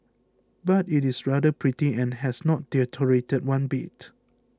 but it is rather pretty and has not deteriorated one bit